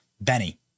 Benny